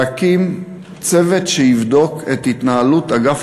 הוטל עלי להקים צוות שיבדוק את התנהלות אגף